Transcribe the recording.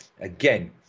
again